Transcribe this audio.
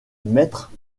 mettre